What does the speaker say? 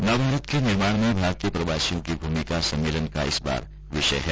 नव भारत के निर्माण में भारतीय प्रवासियों की भूमिका सम्मेलन का इस बार का विषय है